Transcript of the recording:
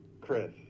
Chris